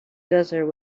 desert